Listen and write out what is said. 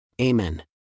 Amen